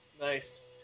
nice